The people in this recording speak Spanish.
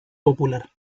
popular